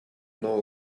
know